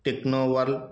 technovel